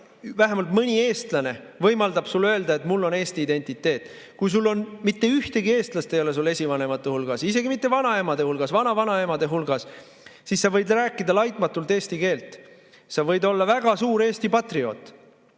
vähemalt mõni eestlane, võimaldab sul öelda, et sul on eesti identiteet. Kui mitte ühtegi eestlast su esivanemate hulgas ei ole, isegi mitte vanaemade, vanavanaemade hulgas, siis sa võid rääkida laitmatult eesti keelt, sa võid olla väga suur Eesti patrioot,